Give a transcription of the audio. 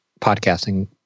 podcasting